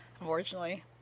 unfortunately